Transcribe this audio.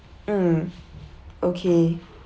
mm okay